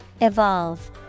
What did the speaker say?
Evolve